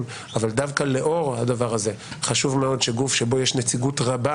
אבל דווקא לאור הדבר הזה חשוב מאוד שגוף שבו יש נציגות רבה